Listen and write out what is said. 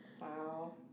Wow